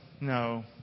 no